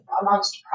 amongst